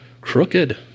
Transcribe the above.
crooked